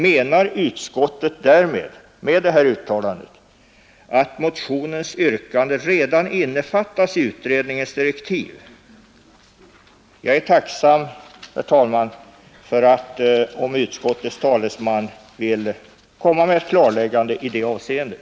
Menar utskottet med sitt uttalande att motionens yrkande redan innefattas i utredningens direktiv? Jag vore tacksam om utskottets talesman ville göra ett klarläggande i det avseendet.